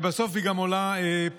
וכמובן שבסוף היא גם עולה פחות.